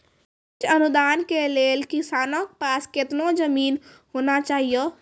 बीज अनुदान के लेल किसानों के पास केतना जमीन होना चहियों?